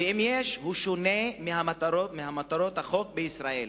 ואם יש, הוא שונה ממטרות החוק בישראל.